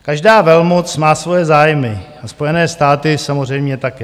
Každá velmoc má svoje zájmy a Spojené státy samozřejmě také.